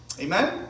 Amen